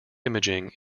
imaging